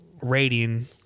rating